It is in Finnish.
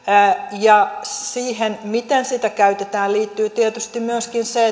ja siihen miten sitä käytetään liittyy tietysti myöskin se